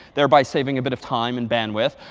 thereby saving a bit of time and bandwidth.